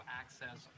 access